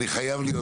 אני חייב להיות,